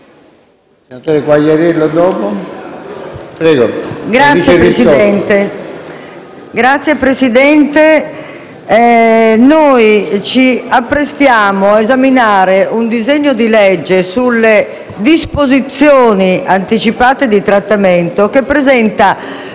Signor Presidente, noi ci apprestiamo a esaminare un disegno di legge sulle disposizioni anticipate di trattamento che presenta